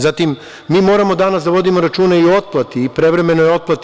Zatim, mi moramo danas da vodimo računa i o otplati i prevremenoj otplati.